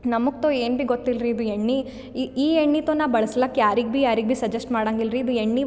ನಮ್ಗೆ ತೊ ಏನು ಬಿ ಗೊತ್ತಿಲ್ರಿ ಇದು ಎಣ್ಣೆ ಈ ಎಣ್ಣೆತೊ ನಾ ಬಳಸ್ಲಕ್ ಯಾರಿಗೆ ಬಿ ಯಾರಿಗೆ ಬಿ ಸಜೆಸ್ಟ್ ಮಾಡೊಂಗಿಲ್ರಿ ಇದು ಎಣ್ಣೆ